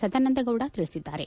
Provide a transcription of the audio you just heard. ಸದಾನಂದ ಗೌಡ ತಿಳಿಸಿದ್ದಾರೆ